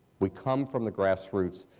we come from the grass roots.